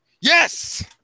Yes